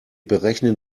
berechnen